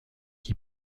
qui